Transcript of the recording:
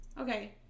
Okay